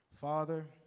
Father